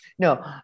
No